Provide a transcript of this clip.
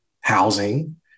housing